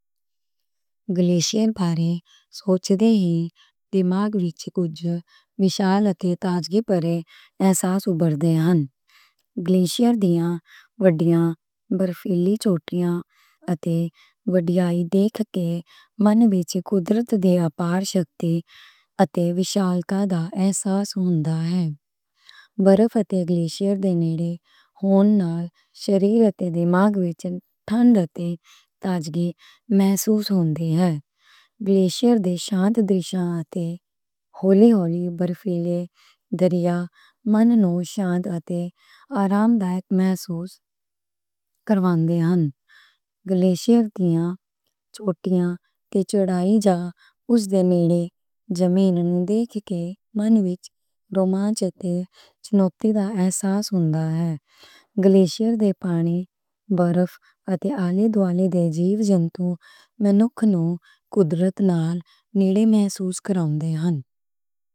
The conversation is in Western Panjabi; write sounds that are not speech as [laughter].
گلیشئر بارے سوچدے ہی دماغ وچ کجھ وڈا تازگی پرے احساس ابھردے نیں۔ گلیشئر دیاں وڈیاں برفانی چوٹیاں تے وڈے دے من وچ قدرت دیاں پرشکتی تے وشالتا دا احساس ہوندا اے۔ برف تے گلیشئر دے نال ہون نال شریر تے دماغ وچ ٹھنڈ تے تازگی محسوس ہندے نیں۔ گلیشئر دے شانتی دیساں تے ہولے ہولے برفیلے دریا من نوں شانتی تے آرام دائق محسوس [hesitation] کرواندے نیں۔ گلیشئر دیاں چوٹیاں تے چڑھائی جا اس دے نال نزدیک زمین نوں دیکھ کے من وچ رومانس تے چنوتی دا احساس ہوندا اے۔ گلیشئر دے پانی، برف تے الے دوآلے دے جیو جنتو انسان نوں قدرت نال نزدیک محسوس کرواندے نیں۔